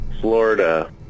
Florida